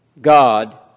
God